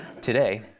today